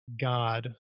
God